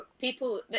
people